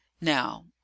Now